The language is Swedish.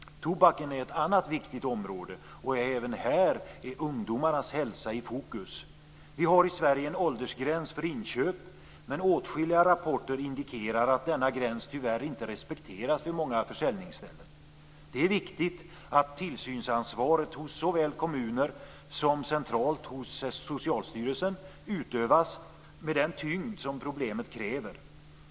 Tobaken är ett annat viktigt område, och även här är ungdomarnas hälsa i fokus. Vi har i Sverige en åldersgräns för inköp, men åtskilliga rapporter indikerar att denna gräns vid många försäljningsställen tyvärr inte respekteras. Det är viktigt att tillsynsansvaret såväl från kommunerna som centralt hos Socialstyrelsen utövas med den tyngd som problemet kräver.